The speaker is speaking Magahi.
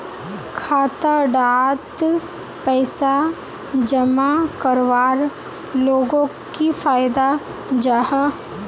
खाता डात पैसा जमा करवार लोगोक की फायदा जाहा?